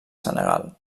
senegal